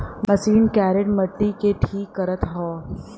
machine करेड़ मट्टी के ठीक करत हौ